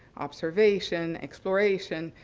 observation, exploration,